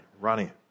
Ronnie